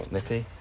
Nippy